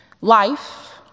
Life